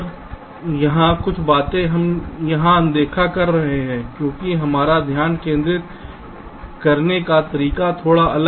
जब यहाँ कुछ बातें हम यहाँ अनदेखा कर रहे हैं क्योंकि हमारा ध्यान केंद्रित करने का तरीका थोड़ा अलग है